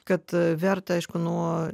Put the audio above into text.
kad verta aišku nuo